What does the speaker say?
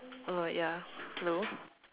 uh ya hello